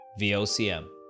VOCM